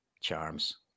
charms